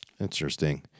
Interesting